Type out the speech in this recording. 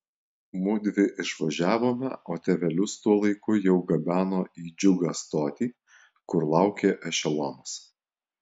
mudvi išvažiavome o tėvelius tuo laiku jau gabeno į džiugą stotį kur laukė ešelonas